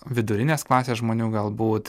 vidurinės klasės žmonių galbūt